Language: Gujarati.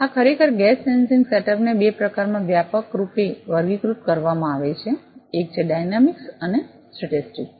હા ખરેખર ગેસ સેન્સિંગ સેટઅપને બે પ્રકારમાં વ્યાપક રૂપે વર્ગીકૃત કરવામાં આવે છે એક છે ડાયનામિક્સ અને સ્ટેટિક્સ